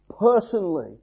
personally